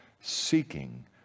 seeking